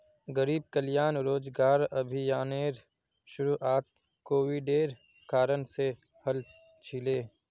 गरीब कल्याण रोजगार अभियानेर शुरुआत कोविडेर कारण से हल छिले